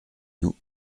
nous